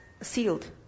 sealed